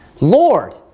Lord